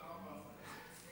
תודה רבה.